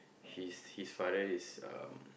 his his father is um